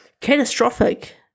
catastrophic